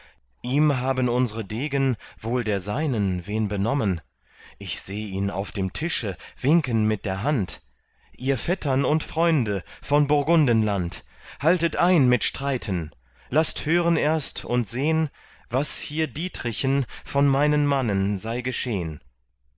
ihm haben unsre degen wohl der seinen wen benommen ich seh ihn auf dem tische winken mit der hand ihr vettern und freunde von burgundenland haltet ein mit streiten laßt hören erst und sehn was hier dietrichen von meinen mannen sei geschehn